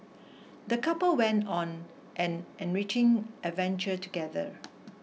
the couple went on an enriching adventure together